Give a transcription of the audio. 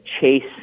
chase